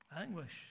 anguish